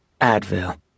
Advil